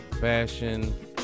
Fashion